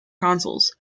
consoles